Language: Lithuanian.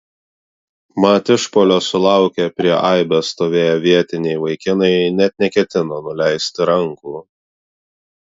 mat išpuolio sulaukę prie aibės stovėję vietiniai vaikinai net neketino nuleisti rankų